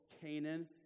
Canaan